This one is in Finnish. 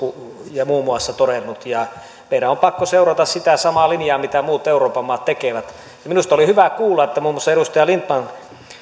muun muassa todennut meidän on pakko seurata sitä samaa linjaa kuin mitä muut euroopan maat tekevät minusta oli hyvä kuulla että muun muassa edustaja lindtman